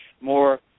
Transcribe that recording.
more